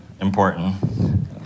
important